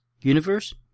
universe